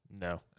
No